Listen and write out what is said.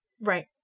Right